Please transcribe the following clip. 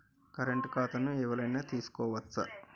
Current ఖాతాను ఎవలైనా తీసుకోవచ్చా?